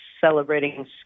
Celebrating